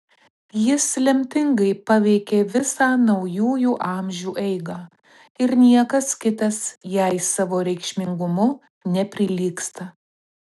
jis lemtingai paveikė visą naujųjų amžių eigą ir niekas kitas jai savo reikšmingumu neprilygsta